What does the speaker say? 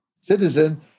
citizen